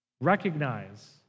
Recognize